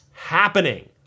happening